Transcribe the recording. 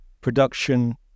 production